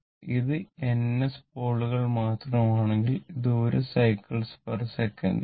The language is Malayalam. ഇത് N S പോളുകൾ മാത്രമാണെങ്കിൽ അത് 1 സൈക്കിൾസ്സെക്കന്റ്cyclessec ആണ്